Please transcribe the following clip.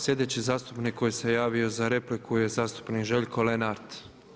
Sljedeći zastupnik koji se javio za repliku je zastupnik Žekljo Lenart.